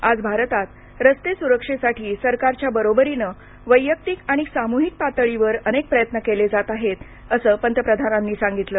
आज भारतात रस्ते सुरक्षेसाठी सरकारच्या बरोबरीनं वैयक्तिक आणि सामूहिक पातळीवर अनेक प्रयत्न केले जात आहेत असं पंतप्रधानांनी सांगितलं